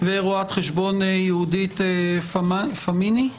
ורואת חשבון יהודית פמיני,